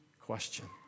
question